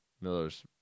miller's